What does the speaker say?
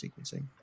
sequencing